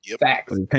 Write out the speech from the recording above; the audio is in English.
Facts